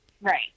Right